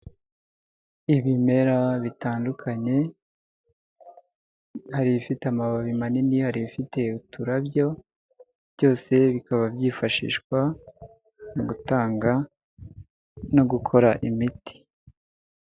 Ibimera bitandukanye, hari ibifite amababi manini, hari ibifite uturabyo, byose bikaba byifashishwa mu gutanga no gukora imiti.